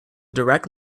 direct